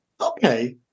Okay